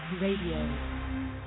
Radio